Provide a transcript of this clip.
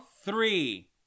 three